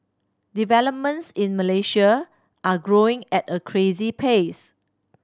developments in Malaysia are growing at a crazy pace